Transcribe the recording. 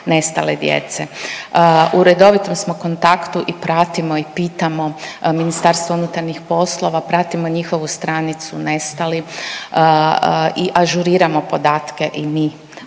U redovitom smo kontaktu i pratimo i pitamo MUP, pratimo njihovu stranicu „Nestali“ i ažuriramo podatke i mi,